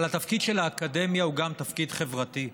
אבל התפקיד של האקדמיה הוא גם תפקיד חברתי,